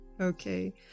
Okay